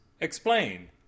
Explain